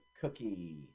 cookie